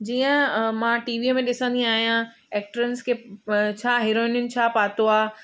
जीअं मां टीवीअ में ॾिसंदी आहियां एक्टरंस खे छा हीरोइनियुनि छा पातो आहे